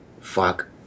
fuck